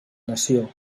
nació